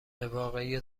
واقعی